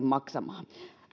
maksamaan